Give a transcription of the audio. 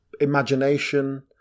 imagination